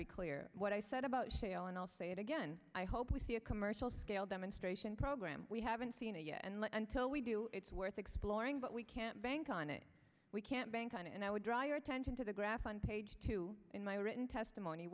be clear what i said about shale and i'll say it again i hope we see a commercial scale demonstration program we haven't seen it yet and until we do it's worth exploring but we can't bank on it we can't bank on it and i would draw your attention to the graph on page two in my written testimony